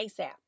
ASAP